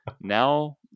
now